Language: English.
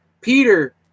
peter